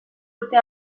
urte